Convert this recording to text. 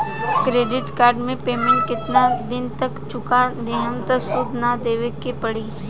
Credit card के payment केतना दिन तक चुका देहम त सूद ना देवे के पड़ी?